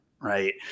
right